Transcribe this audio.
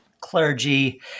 clergy